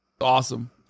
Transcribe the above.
Awesome